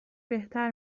بهتر